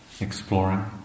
exploring